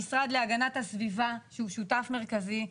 המשרד להגנת הסביבה שהוא שותף מרכזי,